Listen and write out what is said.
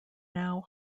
now